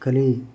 ಕಲಿ